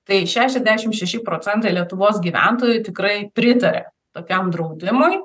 tai šešiasdešimt šeši procentai lietuvos gyventojų tikrai pritarė tokiam draudimui